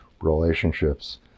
relationships